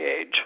age